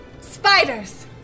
Spiders